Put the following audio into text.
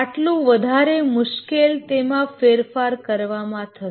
તેટલી વધારે મુશ્કેલી તેમાં ફેરફાર કરવામાં થશે